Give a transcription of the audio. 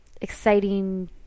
exciting